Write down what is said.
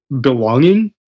belonging